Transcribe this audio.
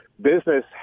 Business